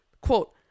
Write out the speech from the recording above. quote